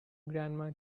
grandma